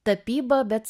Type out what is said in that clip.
tapyba bet